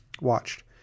watched